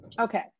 Okay